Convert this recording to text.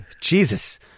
jesus